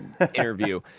interview